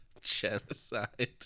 genocide